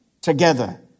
together